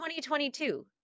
2022